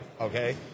okay